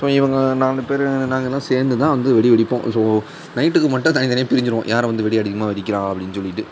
so இவங்க நாலு பேரு நாங்களளெலாம் சேர்ந்துதான் வந்து வெடி வெடிப்போம் ஸோ நைட்டுக்கு மட்டும் தனித்தனியாக பிரிஞ்சுருவோம் யார் வந்து வெடி அதிகமாக வெடிக்கிறா அப்படின்னு சொல்லிவிட்டு